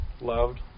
loved